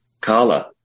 kala